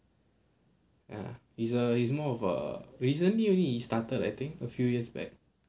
ya it's err it's more of a recently only he started I think a few years back